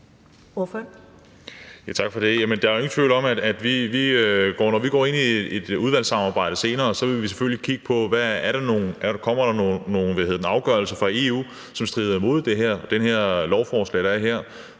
når vi går ind i udvalgssamarbejdet senere, vil vi selvfølgelig kigge på, om der kommer nogle afgørelser fra EU, som strider imod det her lovforslag.